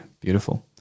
beautiful